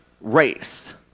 race